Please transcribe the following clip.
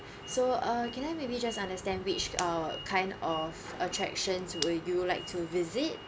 so uh can I maybe just understand which uh kind of attractions will you like to visit